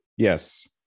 Yes